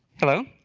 hello?